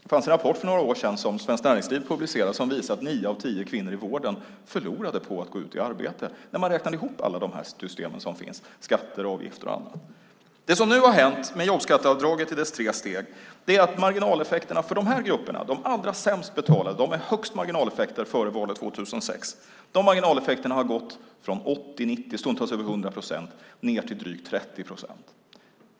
Det kom en rapport för några år sedan som Svenskt Näringsliv publicerade som visade att nio av tio kvinnor i vården förlorade på att gå ut i arbete när man räknade ihop alla de system som finns, skatter, avgifter och annat. Det som nu har hänt med jobbskatteavdraget i dess tre steg är att marginaleffekterna för de här grupperna, de allra sämst betalda, de med högst marginaleffekter före valet 2006, har gått från 80, 90 och stundtals över 100 procent ned till drygt 30 procent.